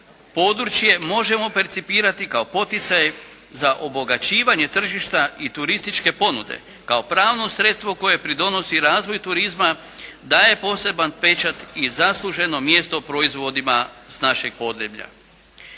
područje možemo percipirati kao poticaj za obogaćivanje tržišta i turističke ponude, kao pravno sredstvo koje pridonosi razvoju turizma, daje poseban pečat i zasluženo mjesto proizvodima s našeg podneblja.